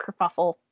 kerfuffle